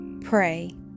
Pray